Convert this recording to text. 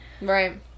right